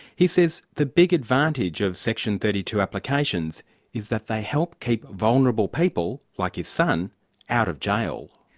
he says the big advantage of section thirty two applications is that they help keep vulnerable people like his son out of jail.